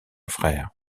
frère